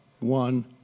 One